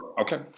okay